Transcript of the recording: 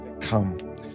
come